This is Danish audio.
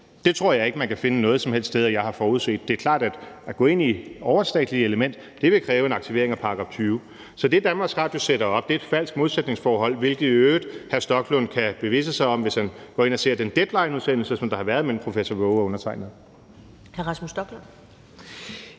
Det tror jeg ikke man kan finde noget som helst sted at jeg har forudset. Det er klart, at det at gå ind i et overstatsligt element vil kræve en aktivering af § 20. Så det, DR sætter op, er et falsk modsætningsforhold, hvilket hr. Rasmus Stoklund i øvrigt kan forvisse sig om, hvis han går ind og ser den udsendelse af Deadline, hvor der var en debat mellem professor Frederik Waage og undertegnede.